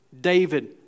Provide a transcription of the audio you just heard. David